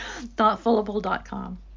Thoughtfulable.com